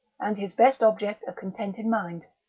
and his best object a contented mind.